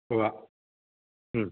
ഉവ്വ് മ്മ്